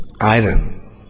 iron